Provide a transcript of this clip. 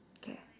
okay